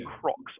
Crocs